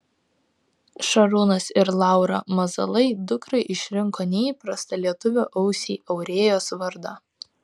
šarūnas ir laura mazalai dukrai išrinko neįprastą lietuvio ausiai aurėjos vardą